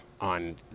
on